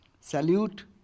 salute